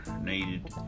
needed